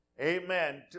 Amen